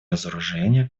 разоружения